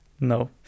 No